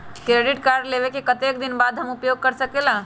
Credit card लेबे के कतेक दिन बाद हम उपयोग कर सकेला?